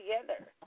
together